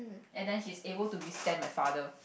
and then she's able to withstand my father